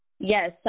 Yes